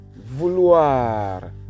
vouloir